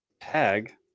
tag